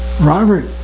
Robert